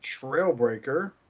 Trailbreaker